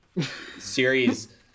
series